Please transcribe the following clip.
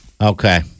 Okay